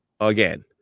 again